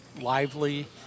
lively